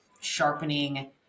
sharpening